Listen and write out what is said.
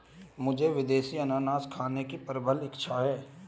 मुझे विदेशी अनन्नास खाने की प्रबल इच्छा है